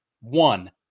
one